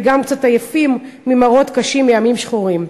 וגם קצת עייפים ממראות קשים מימים שחורים.